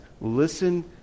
listen